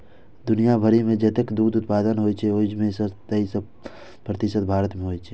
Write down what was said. दुनिया भरि मे जतेक दुग्ध उत्पादन होइ छै, ओइ मे सं तेइस प्रतिशत भारत मे होइ छै